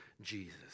Jesus